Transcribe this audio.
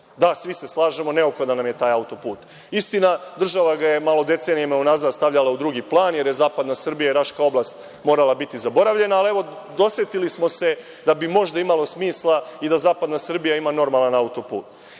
Da, svi se slažemo, neophodan nam je taj autoput. Istina, država ga je decenijama unazad stavljala u drugi plan, jer je zapadna Srbija i Raška oblast morala biti zaboravljena, ali dosetili smo se da bi možda imalo smisla i da zapadna Srbija ima normalan autoput.